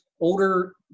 older